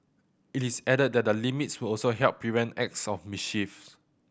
it is added that the limits would also help prevent acts of mischiefs